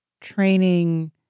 training